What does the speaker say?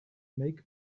make